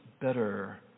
better